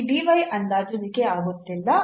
ಈ ಅಂದಾಜುವಿಕೆ ಆಗುತ್ತಿಲ್ಲ